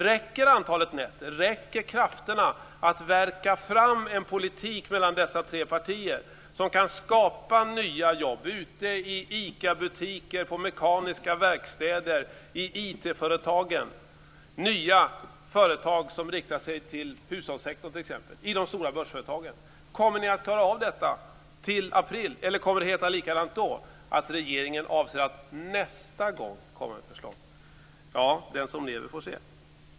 Räcker antalet nätter? Räcker krafterna för att värka fram en politik mellan dessa tre partier som kan skapa nya jobb ute i ICA nya företag som t.ex. riktar sig till hushållssektorn - och i de stora börsföretagen? Kommer ni att klara av detta till april, eller kommer det att heta likadant då, dvs. att regeringen avser att komma med förslag nästa gång? Den som lever får se.